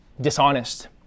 dishonest